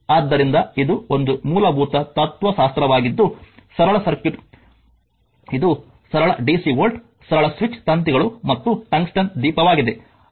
ಆದ್ದರಿಂದ ಇದು ಒಂದು ಮೂಲಭೂತ ತತ್ತ್ವಶಾಸ್ತ್ರವಾಗಿದ್ದು ಸರಳ ಸರ್ಕ್ಯೂಟ್ ಇದು ಸರಳ ಡಿಸಿ ವೋಲ್ಟ್ ಸರಳ ಸ್ವಿಚ್ ತಂತಿಗಳು ಮತ್ತು ಟಂಗ್ಸ್ಟನ್ ದೀಪವಾಗಿದೆ